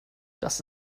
dass